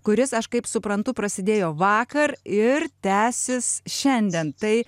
kuris aš kaip suprantu prasidėjo vakar ir tęsis šiandien tai